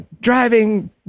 driving